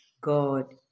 God